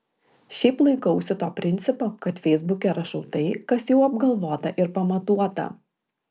šiaip laikausi to principo kad feisbuke rašau tai kas jau apgalvota ir pamatuota